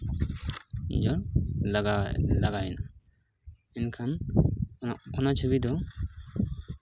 ᱟᱹᱰᱤ ᱡᱳᱨ ᱞᱟᱜᱟᱣᱮᱱᱟ ᱮᱱᱠᱷᱟᱱ ᱚᱱᱟ ᱪᱷᱚᱵᱤ ᱫᱚ